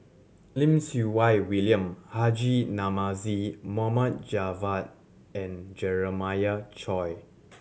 Lim Siew Wai William Haji Namazie Mohd Javad and Jeremiah Choy